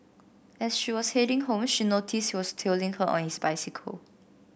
as she was heading home she noticed he was tailing her on his bicycle